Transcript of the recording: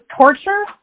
torture